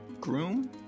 Groom